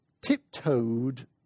tiptoed